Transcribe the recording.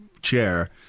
Chair